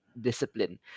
discipline